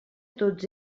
tots